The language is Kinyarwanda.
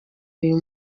uyu